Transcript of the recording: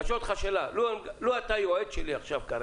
אני שואל אותך שאלה: לו היית יועץ שלי כרגע,